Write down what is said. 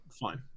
fine